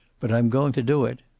but i'm going to do it.